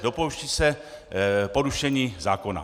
Dopouští se porušení zákona.